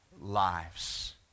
lives